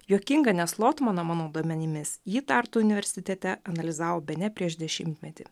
juokinga nes lotmaną mano duomenimis ji tartu universitete analizavo bene prieš dešimtmetį